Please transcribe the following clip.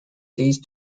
these